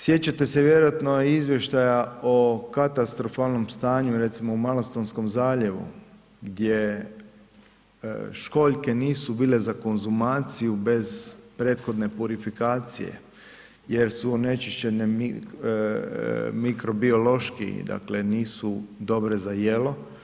Sjećate se vjerojatno i izvještaja o katastrofalnom stanju recimo u Malastonskom zaljevu gdje školjke nisu bile za konzumaciju bez prethodne purifikacije jer su onečišćene mikrobiološki, dakle nisu dobre za jelo.